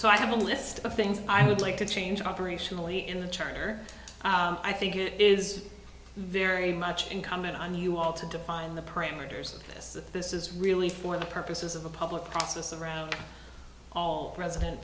so i have a list of things i would like to change operationally in the charter i think it is very much incumbent on you all to define the parameters of this this is really for the purposes of a public process around all president